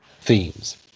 themes